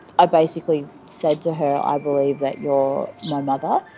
i basically said to her, i believe that you're my mother.